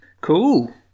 cool